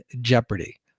jeopardy